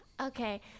Okay